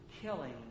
killing